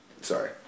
Sorry